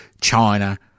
China